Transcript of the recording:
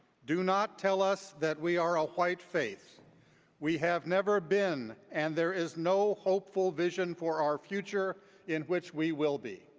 do not tell us that we are a white faith we have never been and there is no hopeful vision for our future in which we will be.